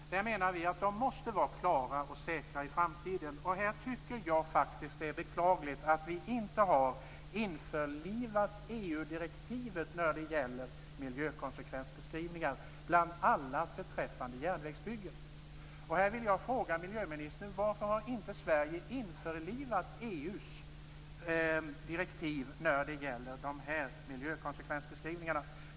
Vi menar att dessa i framtiden måste vara klara och säkra. Jag tycker att det är beklagligt att vi inte har införlivat EU-direktivet om miljökonsekvensbeskrivningar, bl.a. vad gäller järnvägsbyggen. Jag vill fråga miljöministern: Varför har inte Sverige införlivat EU:s direktiv när det gäller de här miljökonsekvensbeskrivningarna?